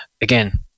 again